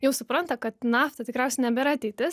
jau supranta kad nafta tikriausiai nebėra ateitis